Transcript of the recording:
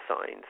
signs